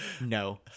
no